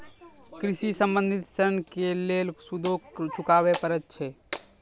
कृषि संबंधी ॠण के लेल सूदो चुकावे पड़त छै?